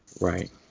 Right